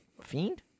Fiend